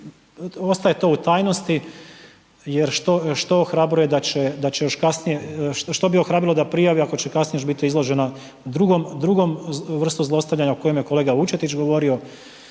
ostaje to u tajnosti jer što bi ohrabrilo da prijavi ako će još kasnije biti izložena drugoj vrsti zlostavljana o kojoj je kolega Vučetić govorio,